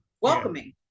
Welcoming